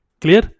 Clear